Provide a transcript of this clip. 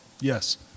Yes